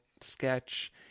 sketch